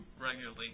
regularly